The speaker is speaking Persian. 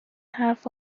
حرف